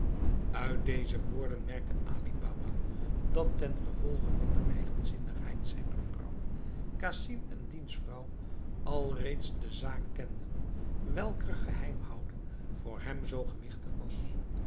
uit deze woorden merkte ali baba dat tengevolge van de eigenzinnigheid zijner vrouw casim en diens vrouw al reeds de zaak kenden welker geheimhouding voor hem zoo gewichtig was